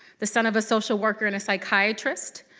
the son of a social worker and a psychiatrist.